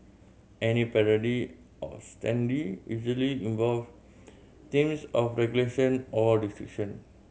any parody of standee usually involve themes of regulation or restriction